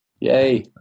Yay